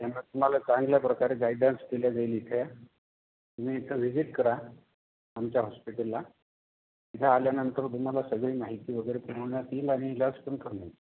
त्यामुळं तुम्हाला चांगल्या प्रकारे गायडन्स दिल्या जाईल इथे तुम्ही इथं व्हिजिट करा आमच्या हॉस्पिटलला इथे आल्यानंतर तुम्हाला सगळी माहिती वगैरे पुरवण्यात येईल आणि इलाजपण करून मिळेल